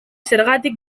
zergatik